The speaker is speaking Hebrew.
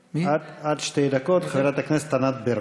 עד שתי דקות לחברת הכנסת ענת ברקו.